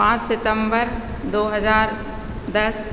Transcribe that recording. पाँच सितंबर दो हजार दस